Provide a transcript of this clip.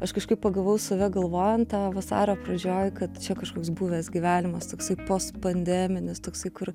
aš kažkaip pagavau save galvojant tą vasario pradžioj kad čia kažkoks buvęs gyvenimas toksai post pandeminis toksai kur